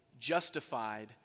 justified